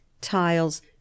tiles